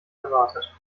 erwartet